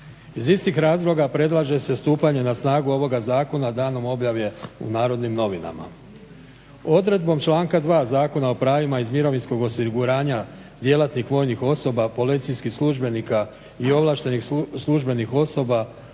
Iz istih razloga predlaže se stupanje na snagu ovoga zakona danom objave u Narodnim novinama. Odredbom članka 2. Zakona o pravima iz mirovinskog osiguranja djelatnih vojnih osoba, policijskih službenika i ovlaštenih službenih osoba